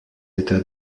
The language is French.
état